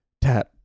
tap